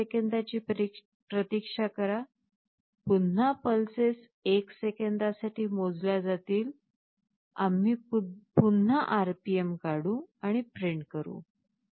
पुन्हा 1 सेकंदाची प्रतीक्षा करा पुन्हा पल्सेस 1 सेकंदासाठी मोजल्या जातील आम्ही पुन्हा RPM काढू आणि प्रिंट करू